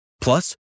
Plus